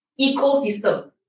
ecosystem